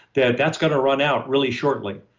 that that's going to run out really shortly.